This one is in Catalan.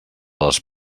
les